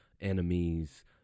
enemies